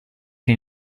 che